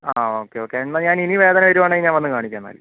ആ okay okay എന്നാൽ ഞാനിനി വേദന വരികയാണെങ്കിൽ ഞാൻ വന്നു കാണിക്കാം എന്നാൽ